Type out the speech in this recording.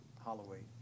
Holloway